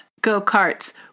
go-karts